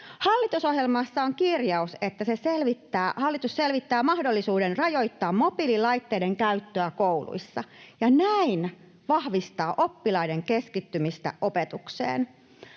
Hallitusohjelmassa on kirjaus, että hallitus selvittää mahdollisuuden rajoittaa mobiililaitteiden käyttöä kouluissa ja näin vahvistaa oppilaiden keskittymistä opetukseen.